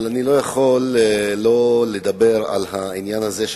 אבל אני לא יכול לא לדבר על העניין הזה כשאנחנו,